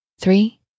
three